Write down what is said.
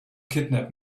kidnap